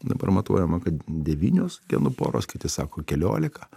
dabar matuojama kad devynios genų poros kiti sako keliolika